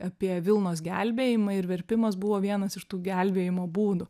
apie vilnos gelbėjimą ir verpimas buvo vienas iš tų gelbėjimo būdų